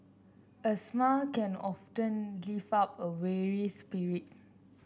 a smile can often lift up a weary spirit